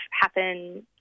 happen